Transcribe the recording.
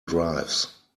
drives